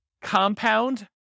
compound